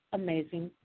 amazing